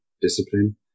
discipline